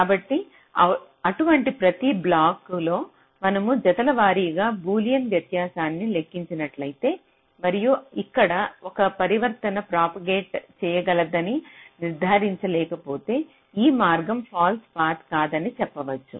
కాబట్టి అటువంటి ప్రతి బ్లాకులో మనము జతల వారీగా బూలియన్ వ్యత్యాసాన్ని లెక్కించినట్లయితే మరియు ఇక్కడ ఒక పరివర్తన ప్రాపగేట్ చేయగలదని నిర్ధారించ లేకపోతే ఈ మార్గం ఫాల్స్ పాత్ కాదని చెప్పవచ్చు